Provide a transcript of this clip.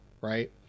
right